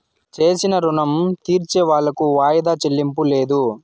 చేసిన రుణం తీర్సేవాళ్లకు వాయిదా చెల్లింపు లేదు